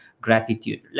gratitude